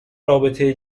رابطه